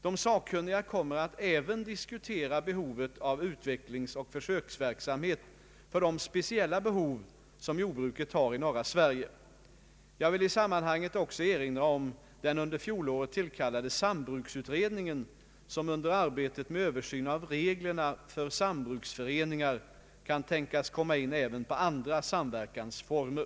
De sakkunniga kommer att även diskutera behovet av utvecklingsoch försöksverksamhet för de speciella behov som jordbruket har i norra Sverige. Jag vill i sammanhanget också erinra om den under fjolåret tillkallade sambruksutredningen, som under arbetet med översyn av reglerna för sambruksföreningar kan tänkas komma in även på andra samverkansformer.